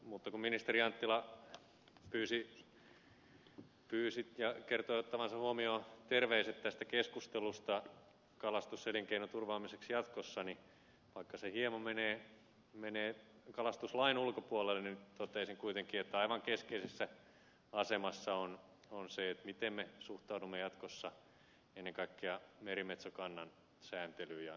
mutta kun ministeri anttila pyysi ja kertoi ottavansa huomioon terveiset tästä keskustelusta kalastuselinkeinon turvaamiseksi jatkossa niin vaikka se hieman menee kalastuslain ulkopuolelle niin toteaisin kuitenkin että aivan keskeisessä asemassa on se miten me suhtaudumme jatkossa ennen kaikkea merimetsokannan sääntelyyn